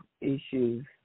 issues